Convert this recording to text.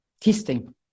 testing